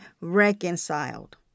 reconciled